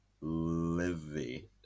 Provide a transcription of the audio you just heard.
Livy